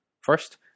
First